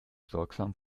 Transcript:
sorgsam